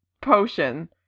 potion